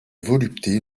volupté